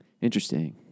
Interesting